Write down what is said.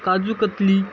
काजूकतली